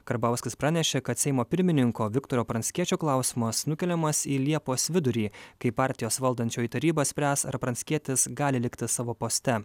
karbauskis pranešė kad seimo pirmininko viktoro pranckiečio klausimas nukeliamas į liepos vidurį kai partijos valdančioji taryba spręs ar pranckietis gali likti savo poste